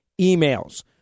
emails